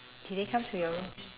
did they come to your room